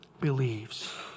believes